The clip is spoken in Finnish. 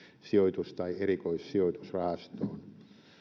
sijoitus tai erikoissijoitusrahastoon